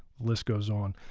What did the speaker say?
list goes on.